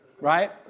right